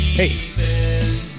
Hey